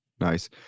nice